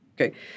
Okay